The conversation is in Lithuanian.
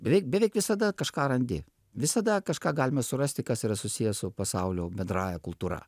beveik beveik visada kažką randi visada kažką galima surasti kas yra susiję su pasaulio bendrąja kultūra